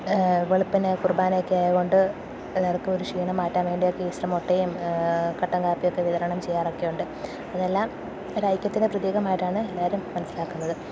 അ വെളുപ്പിനെ കുർബാനയൊക്കെ ആയതുകൊണ്ട് എല്ലാവർക്കും ഒരു ക്ഷീണം മാറ്റാൻ വേണ്ടിയൊക്കെ ഈസ്റ്റര് മൊട്ടയും കട്ടൻ കാപ്പിയൊക്കെ വിതരണം ചെയ്യാറൊക്കെ ഉണ്ട് അതെല്ലാം ഒരൈക്യത്തിന്റെ പ്രതീകമായിട്ടാണ് എല്ലാവരും മനസ്സിലാക്കുന്നത്